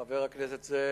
חבר הכנסת זאב,